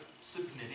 submitting